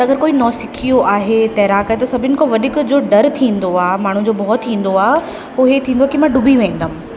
अगरि कोई नौसिखियो आहे तैराक जो त सभिनी खां वधीक जो डर थींदो आहे माण्हूअ जो भउ थींदो आहे उहो इहो थींदो आहे कि मां ॾुबी वेंदमि